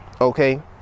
Okay